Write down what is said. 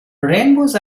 rainbows